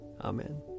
Amen